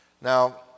Now